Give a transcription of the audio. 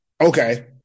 Okay